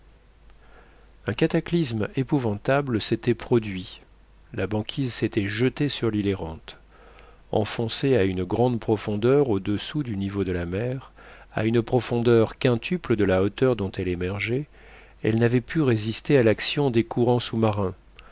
un cataclysme épouvantable s'était produit la banquise s'était jetée sur l'île errante enfoncée à une grande profondeur audessous du niveau de la mer à une profondeur quintuple de la hauteur dont elle émergeait elle n'avait pu résister à l'action des courants sous-marins